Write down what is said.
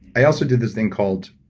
i also did this thing called.